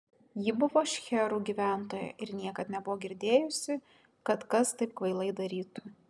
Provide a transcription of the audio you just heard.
ji buvo šcherų gyventoja ir niekad nebuvo girdėjusi kad kas taip kvailai darytų